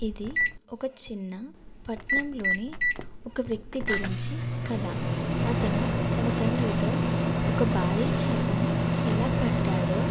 ఇది ఒక చిన్న పట్నంలోని ఒక వ్యక్తి గురించి కథ అతను తన తండ్రితో ఒక భారీ చేపను ఎలా పట్టాడో